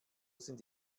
sind